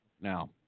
now